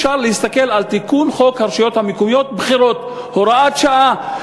אפשר להסתכל על תיקון חוק הרשויות המקומיות (בחירות) (הוראת שעה),